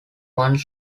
one